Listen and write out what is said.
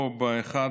פה, ב-1